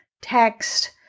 text